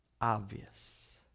obvious